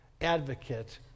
advocate